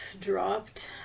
dropped